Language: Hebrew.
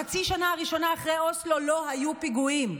בחצי שנה הראשונה אחרי אוסלו לא היו פיגועים.